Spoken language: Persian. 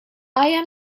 آیا